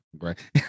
Right